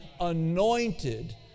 anointed